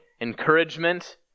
encouragement